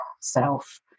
self